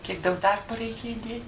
kiek daug darbo reikia įdėt